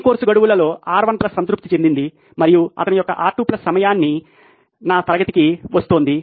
అన్ని కోర్సు గడువులలో R1 plus సంతృప్తి చెందింది మరియు అతని యొక్క R2 ప్లస్ సమయానికి నా తరగతికి వస్తోంది